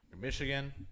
Michigan